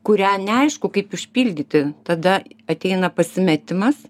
kurią neaišku kaip užpildyti tada ateina pasimetimas